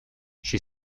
she